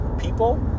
people